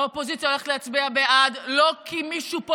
האופוזיציה הולכת להצביע בעד לא כי מישהו פה